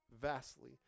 Vastly